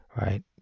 Right